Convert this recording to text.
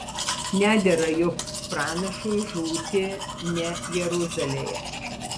nedera juk pranašui žūti ne jeruzalėje